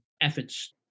efforts